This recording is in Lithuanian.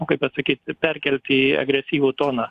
nu kaip pasakyt perkelti į agresyvų toną